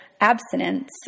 abstinence